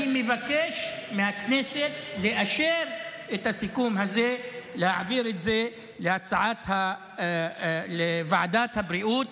אני מבקש מהכנסת לאשר את הסיכום הזה להעביר את זה לוועדת הבריאות